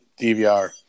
DVR